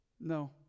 No